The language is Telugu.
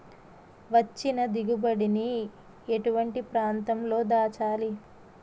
వచ్చిన దిగుబడి ని ఎటువంటి ప్రాంతం లో దాచాలి?